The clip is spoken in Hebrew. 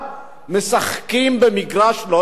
משחקים במגרש לא נכון.